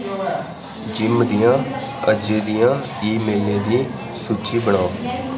gym दियां अज्जै दियां ईमेलें दी सूची बनाओ